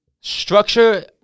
structure